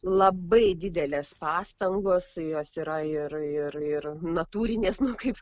labai didelės pastangos jos yra ir ir ir natūrinės na kaip